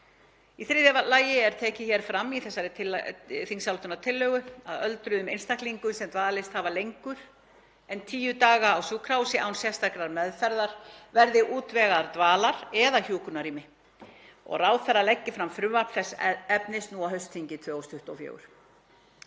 Í þriðja lagi er tekið fram í þessari þingsályktunartillögu að öldruðum einstaklingum, sem dvalist hafa lengur en tíu daga á sjúkrahúsi án sérstakrar meðferðar, verði útvegað dvalar- eða hjúkrunarrými. Ráðherra leggi fram frumvarp þessa efnis á haustþingi 2024.